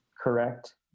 Correct